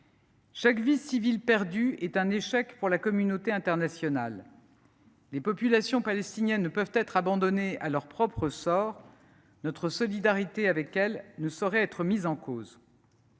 Chaque vie civile perdue est un échec pour la communauté internationale. Les populations palestiniennes ne peuvent être abandonnées à leur propre sort. Notre solidarité avec elles ne saurait être mise en doute.